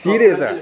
serious ah